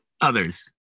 Others